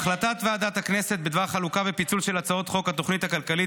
החלטת ועדת הכנסת בדבר חלוקה ופיצול של הצעות חוק התוכנית הכלכלית